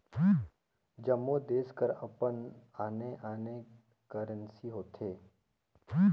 जम्मो देस कर अपन आने आने करेंसी होथे